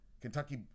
Kentucky